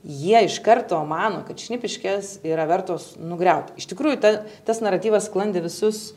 jie iš karto mano kad šnipiškės yra vertos nugriaut iš tikrųjų ta tas naratyvas sklandė visus